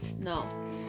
No